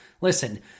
Listen